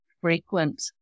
frequent